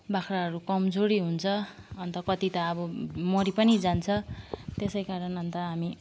बाख्राहरू कमजोरी हुन्छ अन्त कति त अब मरी पनि जान्छ त्यसै कारण अन्त हामी